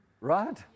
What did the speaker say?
Right